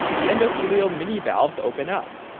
the endothelial minivalves open up,